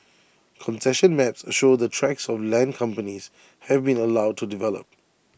concession maps show the tracts of land companies have been allowed to develop